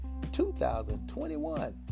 2021